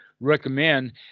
recommend